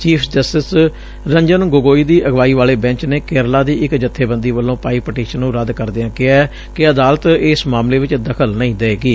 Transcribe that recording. chief justice Ranjan Gogoi ਦੀ ਅਗਵਾਈ ਵਾਲੇ ਬੈਚ ਨੇ ਕੇਰਲਾ ਦੀ ਇਕ ਜਬੇਬੰਦੀ ਵੱਲੋ ਪਾਈ ਪਟੀਸ਼ਨ ਨੂੰ ਰੱਦ ਕਰਦਿਆਂ ਕਿਹੈ ਕਿ ਅਦਾਲਤ ਇਸ ਮਾਮਲੇ ਚ ਦਖਲ ਨਹੀ ਦੇਵੇਗੀ